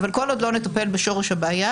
אבל כל עוד לא נטפל בשורש הבעיה,